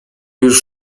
już